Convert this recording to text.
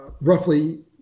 roughly